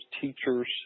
teachers